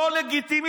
לא לגיטימי,